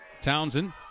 Townsend